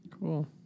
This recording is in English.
Cool